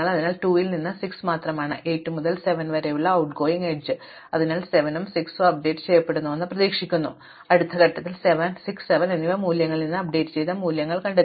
അതിനാൽ 2 ൽ നിന്ന് 6 മാത്രമാണ് 8 മുതൽ 7 വരെ out ട്ട് ഗോയിംഗ് എഡ്ജ് അതിനാൽ 7 ഉം 6 ഉം അപ്ഡേറ്റ് ചെയ്യപ്പെടുമെന്ന് നിങ്ങൾ പ്രതീക്ഷിക്കുന്നു അടുത്ത ഘട്ടത്തിൽ 6 7 എന്നിവ മൂല്യങ്ങളിൽ നിന്ന് അപ്ഡേറ്റുചെയ്ത മൂല്യങ്ങൾ കണ്ടെത്തുക